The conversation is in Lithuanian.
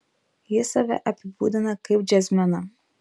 jis save apibūdina kaip džiazmeną